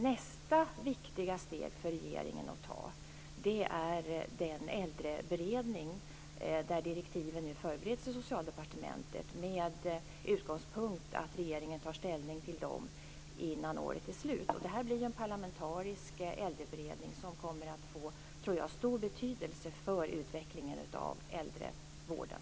Nästa viktiga steg för regeringen är den äldreberedning vars direktiv nu förbereds i Socialdepartementet, med utgångspunkten att regeringen tar ställning till dem innan året är slut. Det här blir en parlamentarisk äldreberedning som jag tror kommer att få stor betydelse för utvecklingen av äldrevården.